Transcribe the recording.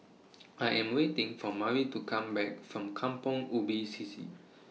I Am waiting For Mari to Come Back from Kampong Ubi C C